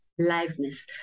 liveness